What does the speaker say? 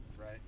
right